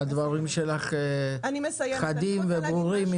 הדברים שלך חדים וברורים,